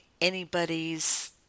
anybody's